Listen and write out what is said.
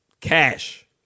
Cash